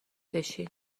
بشین